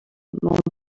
demanda